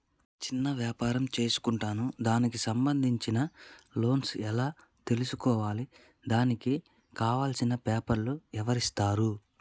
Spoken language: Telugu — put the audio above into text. చిన్న వ్యాపారం చేసుకుంటాను దానికి సంబంధించిన లోన్స్ ఎలా తెలుసుకోవాలి దానికి కావాల్సిన పేపర్లు ఎవరిస్తారు?